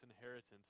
inheritance